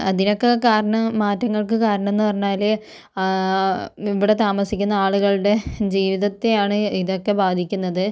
അതിനൊക്കെ കാരണം മാറ്റങ്ങൾക്ക് കാരണം എന്ന് പറഞ്ഞാല് ഇവിടെ താമസിക്കുന്ന ആളുകളുടെ ജീവിതത്തെയാണ് ഇതൊക്കെ ബാധിക്കുന്നത്